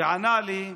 הוא ענה לי: